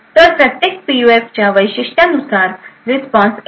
तर प्रत्येक पीयूएफच्या वैशिष्ट्यांनुसार रिस्पॉन्स एकतर 1 किंवा 0 चा असेल